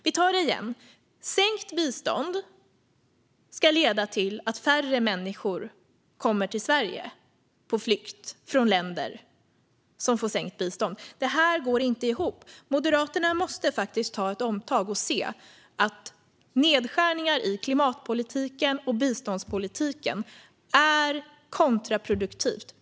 Vi tar det igen: Sänkt bistånd ska leda till att färre människor kommer till Sverige på flykt från de länder som får sänkt bistånd. Det här går inte ihop. Moderaterna måste faktiskt göra ett omtag och se att nedskärningar i klimatpolitiken och biståndspolitiken är kontraproduktiva.